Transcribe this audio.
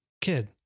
kid